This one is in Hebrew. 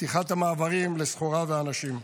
פתיחת המעברים לסחורה ואנשים.